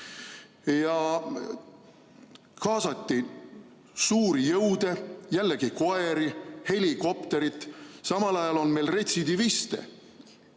Kaasati suuri jõude, jällegi koeri, helikopterit. Samal ajal on meil retsidiviste,